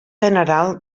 general